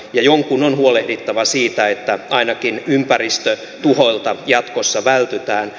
jonkun on huolehdittava siitä että ainakin ympäristötuhoilta jatkossa vältytään